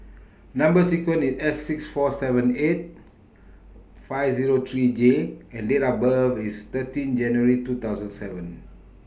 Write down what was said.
Number sequence IS S six four seven eight five Zero three J and Date of birth IS thirteen January two thousand and seven